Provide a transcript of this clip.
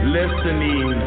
listening